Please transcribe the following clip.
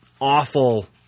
awful